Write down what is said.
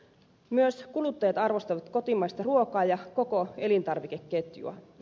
myös kuluttajat arvostavat kotimaista ruokaa ja koko elintarvikeketjua